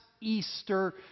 Easter